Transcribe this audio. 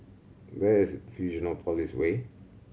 where is Fusionopolis Way